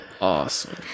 awesome